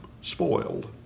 spoiled